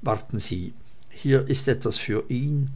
warten sie hier ist etwas für ihn